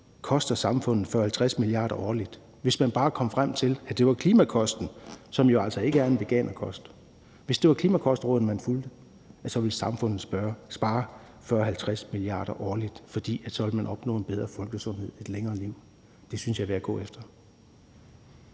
koster samfundet 40-50 mia. kr. årligt. Hvis vi bare kan komme frem til, at det var Klimarådets kostråd, som jo altså ikke er en veganerkost, man fulgte, ville samfundet spare 40-50 mia. kr. årligt, fordi vi ville opnå en bedre folkesundhed og få et længere liv. Det synes jeg da er værd at gå efter.